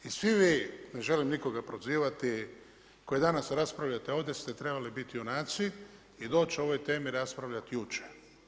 I svi vi, ne želim nikoga prozivati, koji danas raspravljate ovdje, ste trebali biti junaci i doć o ovoj temi raspravljati jučer.